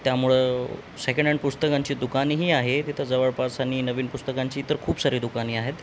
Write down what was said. त्यामुळं second hand पुस्तकांची दुकानेही आहे तिथं जवळपास आणि नवीन पुस्तकांची इतर खूप सारी दुकाने आहेत